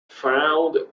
found